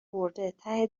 برده، ته